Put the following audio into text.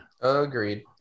agreed